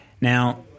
Now